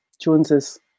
Joneses